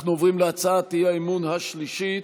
אנחנו עוברים להצעת האי-אמון השלישית,